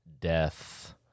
Death